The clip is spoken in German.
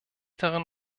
darin